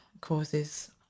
causes